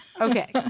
Okay